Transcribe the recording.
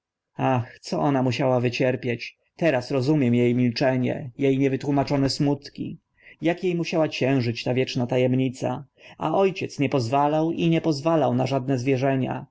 ach co ona musiała wycierpieć teraz rozumiem e milczenie e niewytłumaczone smutki jak e musiała ciężyć ta wieczna ta emnica a o ciec nie pozwalał i nie pozwalał na żadne zwierzenia